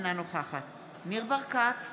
אינה נוכחת ניר ברקת,